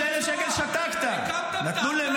אתם הפכתם את זה